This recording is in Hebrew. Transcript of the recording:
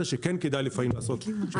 שכן כדאי לפעמים לעשות --- משכנתאות.